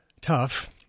tough